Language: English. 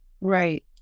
Right